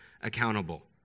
accountable